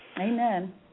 Amen